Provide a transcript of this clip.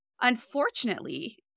Unfortunately